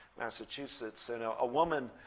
massachusetts. and ah a woman,